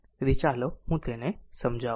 તેથી ચાલો હું તેને સમજાવું